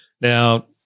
Now-